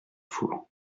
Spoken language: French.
four